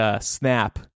snap